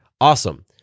Awesome